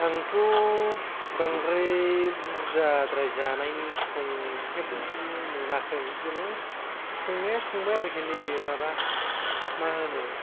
आंथ' बांद्राय बुरजाद्राय जानायनि संफेरनो मोनाखै जेन'बा संनाया संबाय आरो नैबे माबा मा होनो